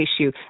issue